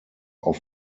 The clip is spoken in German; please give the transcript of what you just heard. auf